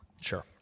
Sure